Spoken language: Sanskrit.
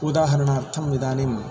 उदाहरणार्थम् इदानीम्